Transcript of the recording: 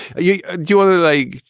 you ah do other like.